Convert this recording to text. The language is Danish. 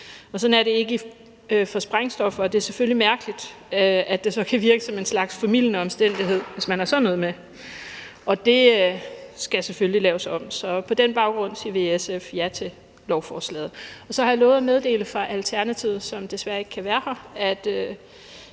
sådan er det ikke for sprængstoffer, og det er selvfølgelig mærkeligt, at det så kan virke som en slags formildende omstændighed, hvis man har sådan noget med. Det skal selvfølgelig laves om, så på den baggrund siger vi i SF ja til lovforslaget. Og så har jeg lovet at meddele fra Alternativet, som desværre ikke kan være her,